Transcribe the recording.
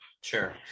Sure